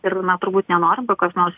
ir na turbūt nenoriu bu kas nors